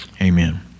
amen